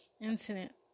incident